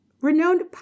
renowned